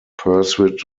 pursuit